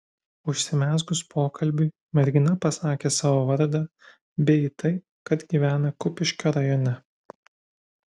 užsimezgus pokalbiui mergina pasakė savo vardą bei tai kad gyvena kupiškio rajone